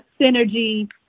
synergy